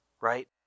right